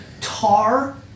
tar